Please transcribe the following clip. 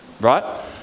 right